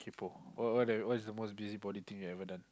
kaypo what what the what is the most busybody thing you ever done